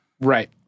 Right